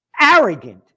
Arrogant